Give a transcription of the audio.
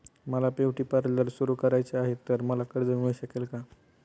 मला beauty parlour सुरू करायचे आहे तर मला कर्ज मिळू शकेल का?